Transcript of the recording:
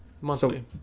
monthly